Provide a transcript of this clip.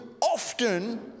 often